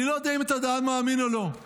אני לא יודע אם אתה אדם מאמין או לא,